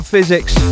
Physics